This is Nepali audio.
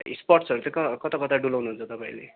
स्पट्सहरू चाहिँ कहाँ कता कता डुलाउनु हुन्छ तपाईँहरूले हजुर